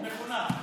מחונך.